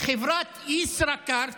חברת ישראכרט